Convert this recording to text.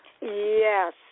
Yes